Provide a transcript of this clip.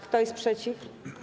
Kto jest przeciw?